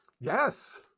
yes